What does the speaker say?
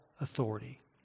authority